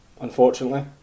unfortunately